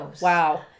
wow